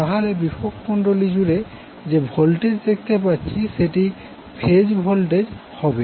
তাহলে বিভব কুণ্ডলী জুড়ে যে ভোল্টেজ দেখতে পাচ্ছি সেটি ফেজ ভোল্টেজ হবে